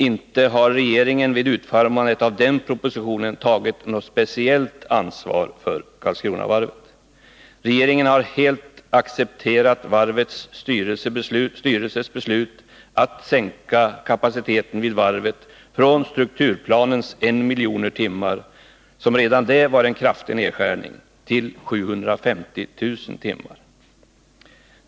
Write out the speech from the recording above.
Inte har regeringen vid utformandet av denna proposition tagit något speciellt ansvar för Karlskronavarvet. Regeringen har helt accepterat varvets styrelses beslut att sänka kapaciteten vid varvet från strukturplanens 1 miljon timmar, som redan det var en kraftig nedskärning, till 750 000 timmar.